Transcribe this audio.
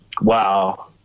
Wow